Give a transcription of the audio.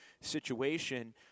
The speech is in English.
situation